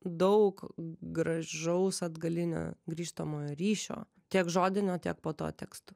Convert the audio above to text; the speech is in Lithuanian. daug gražaus atgalinio grįžtamojo ryšio tiek žodinio tiek po to tekstu